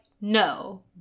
no